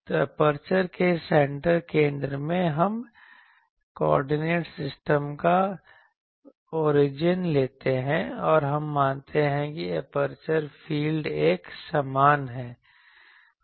तो एपर्चर के सेंटर केंद्र में हम कोऑर्डिनेट सिस्टम का ओरिजन लेते हैं और हम मानते हैं कि एपर्चर फील्ड एक समान है